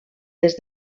des